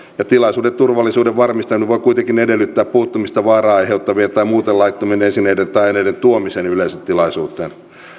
mutta tilaisuuden turvallisuuden varmistaminen voi kuitenkin edellyttää puuttumista vaaraa aiheuttavien tai muuten laittomien esineiden tai aineiden tuomiseen yleisötilaisuuteen